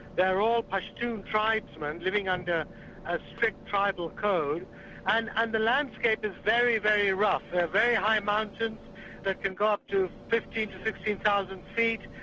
they're all pashtun tribesmen living under a strict tribal code and and the landscape is very, very rough. there are very high mountains that can go up to fifteen thousand to sixteen thousand feet,